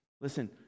Listen